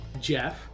Jeff